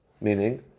Meaning